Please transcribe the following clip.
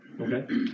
Okay